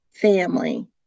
family